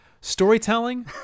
storytelling